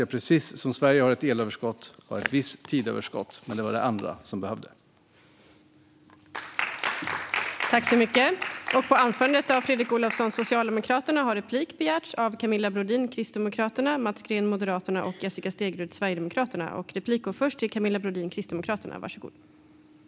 Precis som Sverige har ett elöverskott har jag ett visst tidsöverskott, men det var andra som behövde det.